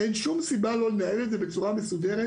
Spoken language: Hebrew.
אין שום סיבה לא לנהל את זה בצורה מסודרת,